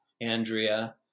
Andrea